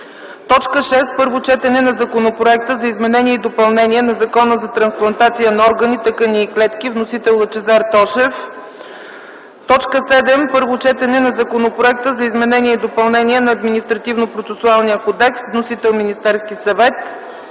г. 6. Първо четене на Законопроекта за изменение и допълнение на Закона за трансплантация на органи, тъкани и клетки. Вносител е Лъчезар Тошев. 7. Първо четене на Законопроекта за изменение и допълнение на Административнопроцесуалния кодекс. Вносител е Министерският съвет.